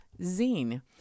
zine